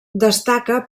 destaca